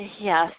yes